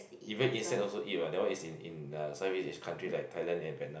even insect also eat what that one is in in uh Southeast-Asia country like Thailand and Vietnam